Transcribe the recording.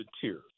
tears